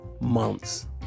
months